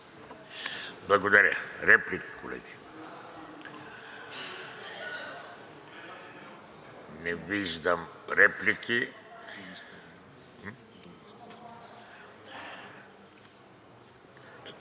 Благодаря. Реплики, колеги? Не виждам.